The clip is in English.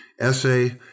essay